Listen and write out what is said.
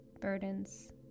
burdens